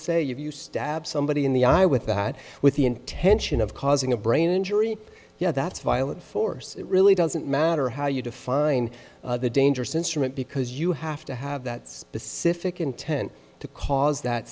say you view stab somebody in the eye with that with the intention of causing a brain injury you know that's violent force it really doesn't matter how you define the dangerous instrument because you have to have that specific intent to cause that